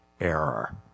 error